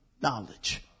knowledge